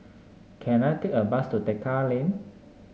can I take a bus to Tekka Lane